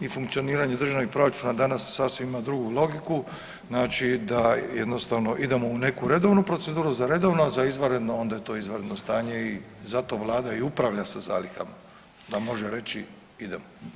i funkcioniranje državnih proračuna danas sasvim ima drugu logiku, znači da jednostavno idemo u neku redovni proceduru, za redovno, a za izvanredno, onda je to izvanredno stanje i zato Vlada i upravlja sa zalihama da može reći, idemo.